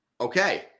okay